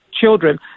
children